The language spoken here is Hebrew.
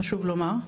חשוב לנו לומר,